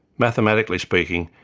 mathematically speaking,